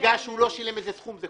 בגלל שהוא לא שילם איזשהו סכום,